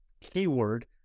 keyword